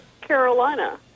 Carolina